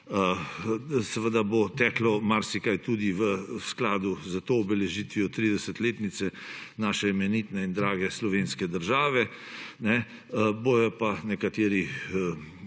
Seveda bo tekla marsikaj tudi v skladu s to obeležitvijo 30-letnice naše imenitne in drage slovenske države. Bojo pa nekateri